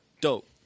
Dope